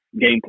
game